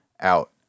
out